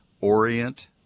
orient